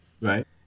Right